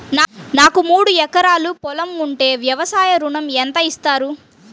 నాకు మూడు ఎకరాలు పొలం ఉంటే వ్యవసాయ ఋణం ఎంత ఇస్తారు?